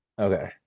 Okay